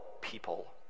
people